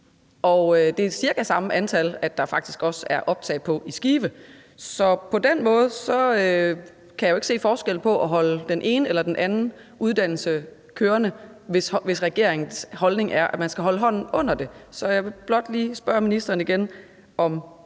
og det er cirka det samme antal, der også er optaget i Skive. Så på den måde kan jeg jo ikke se forskellen i forhold til at holde den ene eller den anden uddannelse kørende, hvis regeringens holdning er, at man skal holde hånden under det. Så jeg vil blot lige spørge ministeren igen, om